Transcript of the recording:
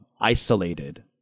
isolated